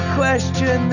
question